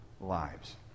lives